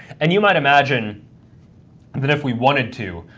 and you might imagine that if we wanted to,